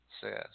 says